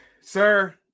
sir